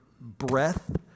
breath